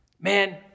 Man